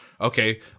okay